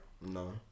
No